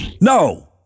No